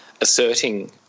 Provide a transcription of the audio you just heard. asserting